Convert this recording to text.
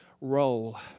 role